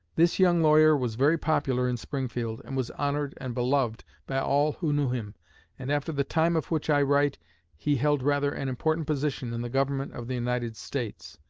this young lawyer was very popular in springfield, and was honored and beloved by all who knew him and after the time of which i write he held rather an important position in the government of the united states.